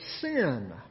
sin